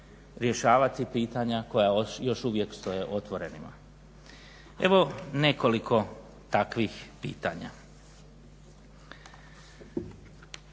rješavati pitanja koja još uvijek stoje otvorenima. Evo nekoliko takvih pitanja.